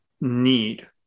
need